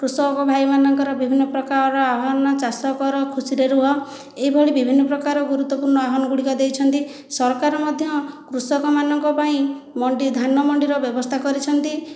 କୃଷକ ଭାଇ ମାନଙ୍କର ବିଭିନ୍ନ ପ୍ରକାର ଆହ୍ୱାନ ଚାଷ କର ଖୁସିରେ ରୁହ ଏହିଭଳି ବିଭିନ୍ନ ପ୍ରକାର ଗୁରୁତ୍ୱପୂର୍ଣ୍ଣ ଆହ୍ୱାନ ଗୁଡ଼ିକ ଦେଇଛନ୍ତି ସରକାର ମଧ୍ୟ କୃଷକ ମାନଙ୍କ ପାଇଁ ମଣ୍ଡି ଧାନ ମଣ୍ଡିର ବ୍ୟବସ୍ଥା କରିଛନ୍ତି